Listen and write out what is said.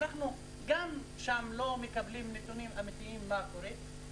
ואנחנו גם שם לא מקבלים נתונים אמיתיים מה קורה.